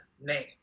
name